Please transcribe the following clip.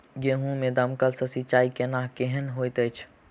गेंहूँ मे दमकल सँ सिंचाई केनाइ केहन होइत अछि?